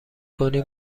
کنی